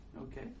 okay